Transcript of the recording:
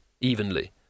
evenly